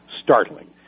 startling